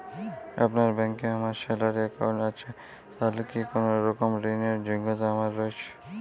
আপনার ব্যাংকে আমার স্যালারি অ্যাকাউন্ট আছে তাহলে কি কোনরকম ঋণ র যোগ্যতা আমার রয়েছে?